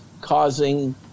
causing